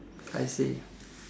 I see